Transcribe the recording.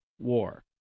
war